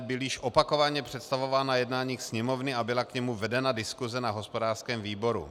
Byl již opakovaně představován na jednáních Sněmovny a byla k němu vedena diskuse na hospodářském výboru.